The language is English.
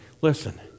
listen